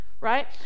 right